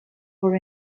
for